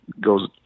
goes